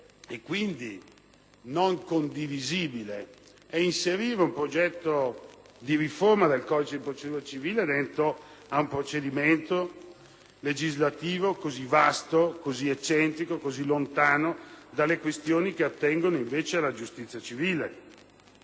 a noi pare non condivisibile è inserire un progetto di riforma del codice di procedura civile in un provvedimento legislativo così vasto, eccentrico e lontano dalle questioni che attengono alla giustizia civile.